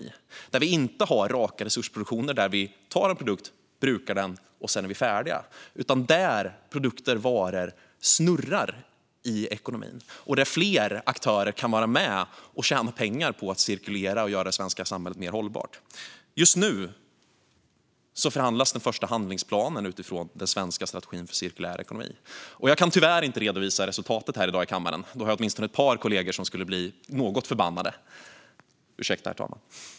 Det är en ekonomi där vi inte har rak resursproduktion - det vill säga att vi tar en produkt, brukar den och sedan är färdiga med den - utan där produkter och varor snurrar i ekonomin och där fler aktörer kan vara med och tjäna pengar på att cirkulera och göra det svenska samhället mer hållbart. Just nu förhandlas den första handlingsplanen utifrån den svenska strategin för cirkulär ekonomi. Jag kan tyvärr inte redovisa resultatet här i kammaren i dag. Då har jag åtminstone ett par kollegor som skulle bli något förbannade - ursäkta, herr ålderspresident!